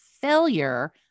failure